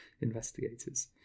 investigators